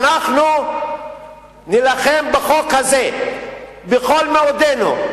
אנחנו נילחם בחוק הזה בכל מאודנו.